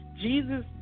Jesus